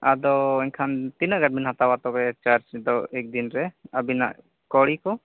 ᱟᱫᱚ ᱮᱱᱠᱷᱟᱱ ᱛᱤᱱᱟᱹ ᱜᱟᱱ ᱵᱮᱱ ᱦᱟᱛᱟᱣᱟ ᱛᱚᱵᱮ ᱪᱟᱨᱡ ᱫᱚ ᱮᱠᱫᱤᱱ ᱨᱮ ᱟᱹᱵᱤᱱᱟᱜ ᱠᱚᱲᱤ ᱠᱚ